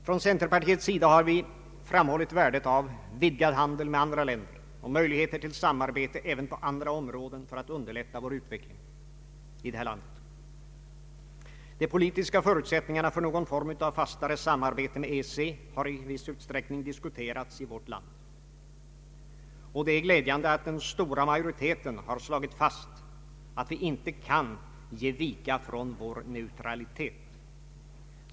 Från centerpartiets sida har vi framhållit värdet av vidgad handel med andra länder och möjligheter till samarbete även på andra områden för att underlätta vårt lands utveckling. De politiska förutsättningarna för någon form av fastare samarbete med EEC har i viss utsträckning diskuterats här hemma, och det är glädjande att den stora majoriteten har slagit fast att vi inte kan ge vika från vår neutralitet.